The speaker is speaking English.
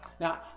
Now